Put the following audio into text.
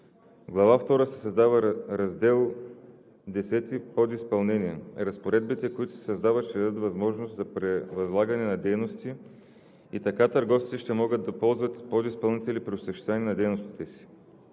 Глава втора се създава Раздел X „Подизпълнение“. Разпоредбите, които се създават, ще дадат възможност за превъзлагане на дейности и така търговците ще могат да ползват подизпълнители при осъществяване на дейността си.